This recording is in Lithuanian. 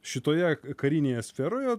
šitoje karinėje sferoje